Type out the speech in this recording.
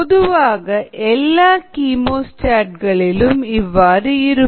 பொதுவாக எல்லா கீமோஸ்டாட் களிலும் இவ்வாறு இருக்கும்